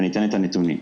ואציג את הנתונים.